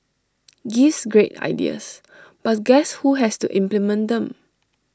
gives great ideas but guess who has to implement them